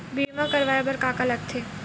बीमा करवाय बर का का लगथे?